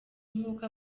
nkuko